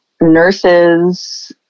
nurses